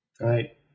right